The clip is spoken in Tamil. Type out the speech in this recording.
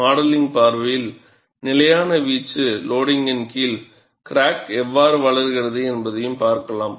மாடலிங் பார்வையில் நிலையான வீச்சு லோடிங்கின் கீழ் கிராக் எவ்வாறு வளர்கிறது என்பதைப் படிக்கலாம்